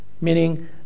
meaning